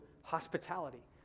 hospitality